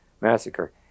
Massacre